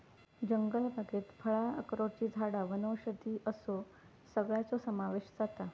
जंगलबागेत फळां, अक्रोडची झाडां वनौषधी असो सगळ्याचो समावेश जाता